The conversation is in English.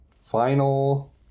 final